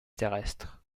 terrestre